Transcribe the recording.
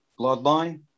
Bloodline